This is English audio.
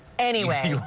anyway,